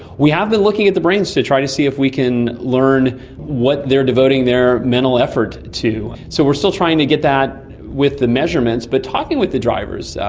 we have been looking at the brains to try to see if we can learn what they are devoting their mental effort to. so we are still trying to get that with the measurements, but talking with the drivers,